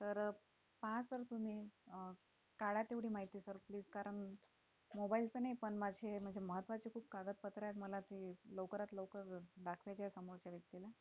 तर पाहा सर तुम्ही काढा तेवढी माहिती सर प्लीज करा मोबाईलचं नाही पण माझे म्हणजे महत्त्वाचे खूप कागदपत्रं आहेत मला ते लवकरात लवकर दाखवायचे आहे समोरच्या व्यक्तीला